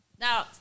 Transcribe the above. Now